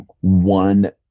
one